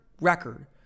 record